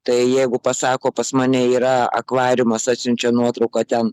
tai jeigu pasako pas mane yra akvariumas atsiunčia nuotrauką ten